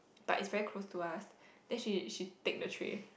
but it's very close to us then she she take the tray